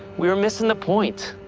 we were missing the point!